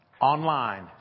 online